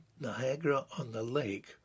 Niagara-on-the-Lake